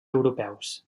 europeus